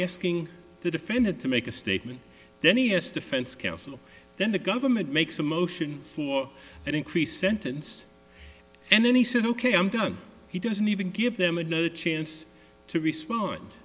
asking the defendant to make a statement then he s defense counsel then the government makes a motion for an increased sentence and then he said ok i'm done he doesn't even give them another chance to respond